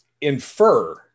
infer